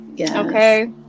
Okay